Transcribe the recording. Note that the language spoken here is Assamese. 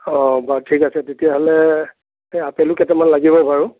অঁ বাৰু ঠিক আছে তেতিয়া হ'লে এই আপেলো কেইটামান লাগিব বাৰু